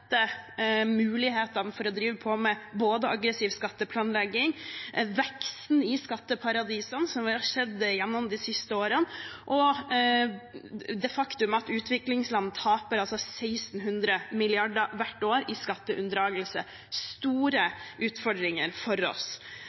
mulighetene for både å drive med aggressiv skatteplanlegging, veksten i skatteparadisene som vi har sett gjennom det siste året, og det faktum at utviklingsland taper 1 600 mrd. kr hvert år i skatteunndragelse. Det er store utfordringer for oss.